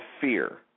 fear